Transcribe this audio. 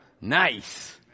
Nice